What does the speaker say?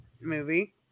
movie